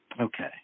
Okay